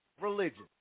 religion